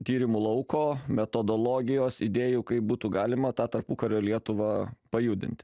tyrimų lauko metodologijos idėjų kaip būtų galima tą tarpukario lietuvą pajudint